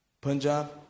Punjab